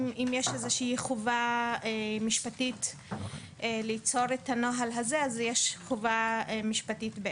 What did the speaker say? אם יש חובה משפטית ליצור את הנוהל הזה אז היא חובה משפטית.